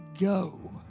go